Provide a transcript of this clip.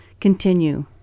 continue